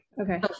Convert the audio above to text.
Okay